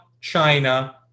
China